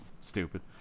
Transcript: stupid